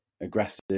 aggressive